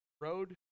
road